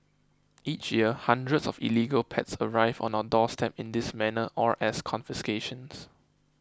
each year hundreds of illegal pets arrive on our doorstep in this manner or as confiscations